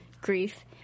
grief